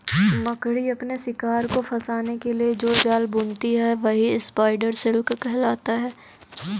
मकड़ी अपने शिकार को फंसाने के लिए जो जाल बुनती है वही स्पाइडर सिल्क कहलाता है